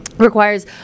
requires